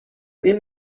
این